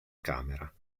camera